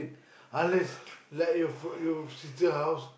unless like your sister house